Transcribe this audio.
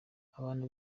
abantu